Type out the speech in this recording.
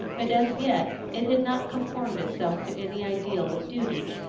but as yet it had not conformed itself to any ideal of duty.